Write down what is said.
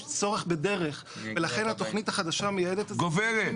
יש צורך בדרך ולכן התוכנית החדשה מייעדת את זה --- גוברת.